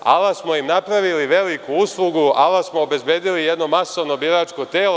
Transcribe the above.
Ala smo ima napravili veliku uslugu, ala smo obezbedili jedno masovno biračko telo.